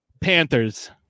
Panthers